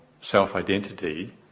self-identity